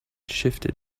shifted